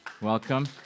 welcome